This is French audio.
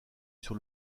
sur